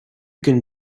can